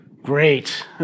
Great